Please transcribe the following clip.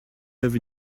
have